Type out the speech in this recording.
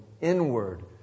inward